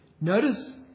Notice